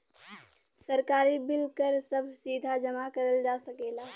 सरकारी बिल कर सभ सीधा जमा करल जा सकेला